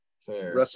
fair